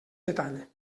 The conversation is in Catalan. detall